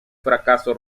fracaso